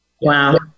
Wow